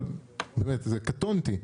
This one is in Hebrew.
באמת קטונתי.